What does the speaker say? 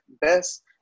best